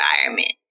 environment